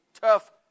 tough